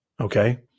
Okay